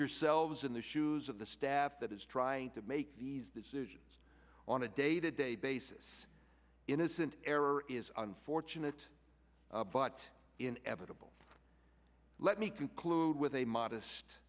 yourselves in the shoes of the staff that is trying to make these decisions on a day to day basis innocent error is unfortunate but in evitable let me conclude with a modest